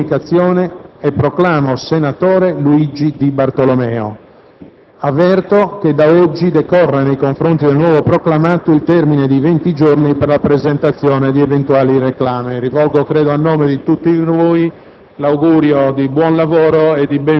Do atto alla Giunta di questa sua comunicazione e proclamo senatore Luigi Di Bartolomeo. Avverto che da oggi decorre, nei confronti del nuovo proclamato, il termine di venti giorni per la presentazione di eventuali reclami.